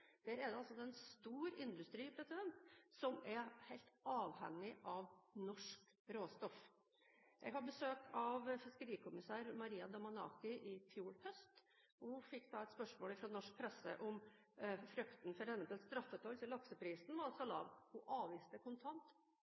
der er det en stor industri som er helt avhengig av norsk råstoff. Jeg hadde besøk av fiskerikommisær Maria Damanaki i fjor høst. Hun fikk et spørsmål fra norsk presse om frykten for en eventuell straffetoll siden lakseprisen var så lav. Hun avviste det kontant